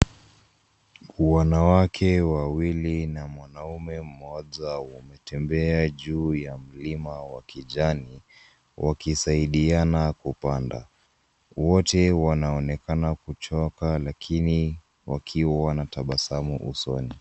Wanawake wawili na mwanaume mmoja wametembea juu ya mlima wa kijani wakisaidiana kupanda. Wote wanaonekana kuchoka lakini wakiwa na tabasamu usoni.